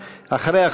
ואחריה,